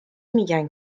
میگن